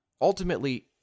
ultimately